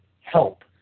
help